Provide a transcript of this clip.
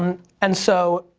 um and so,